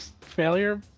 failure